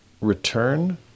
return